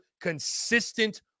consistent